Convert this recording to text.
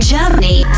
Germany